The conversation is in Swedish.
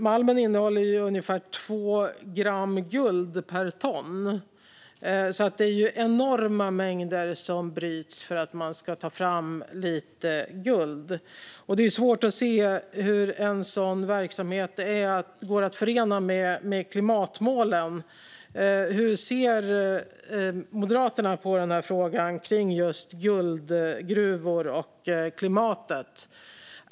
Malmen innehåller ungefär två gram guld per ton, så det är enorma mängder som bryts för att ta fram lite guld. Det är svårt att se hur en sådan verksamhet går att förena med klimatmålen. Hur ser Moderaterna på frågan om guldgruvor och klimatet?